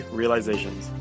realizations